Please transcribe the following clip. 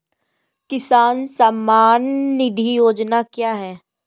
किसान सम्मान निधि योजना क्या है?